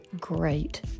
great